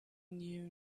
knew